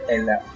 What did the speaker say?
Ella